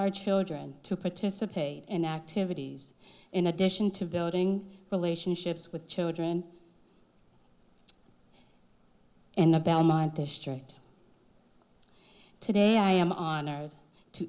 our children to participate in activities in addition to building relationships with children and the belmont district today i am hon